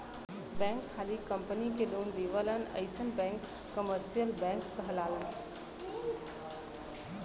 bank खाली company के loan देवलन अइसन बैंक कमर्सियल बैंक कहलालन